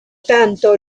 tanto